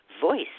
voice